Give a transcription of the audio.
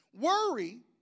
Worry